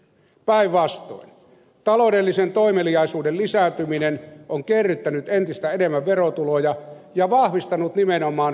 päinvastoin taloudellisen toimeliaisuuden lisääntyminen on kerryttänyt entistä enemmän verotuloja ja vahvistanut nimenomaan hyvinvointipalveluitten rahoituspohjaa